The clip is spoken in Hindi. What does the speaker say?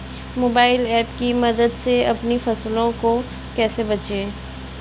मोबाइल ऐप की मदद से अपनी फसलों को कैसे बेचें?